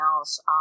else